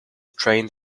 train